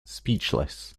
speechless